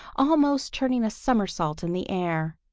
almost turning a somersault in the air.